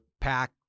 pack